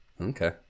Okay